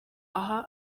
aha